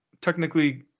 technically